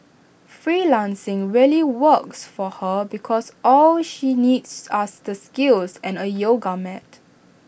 freelancing really works for her because all she needs us the skills and A yoga mat